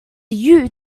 you